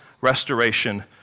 restoration